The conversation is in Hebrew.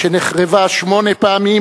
שנחרבה שמונה פעמים,